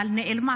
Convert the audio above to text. אבל היא נעלמה.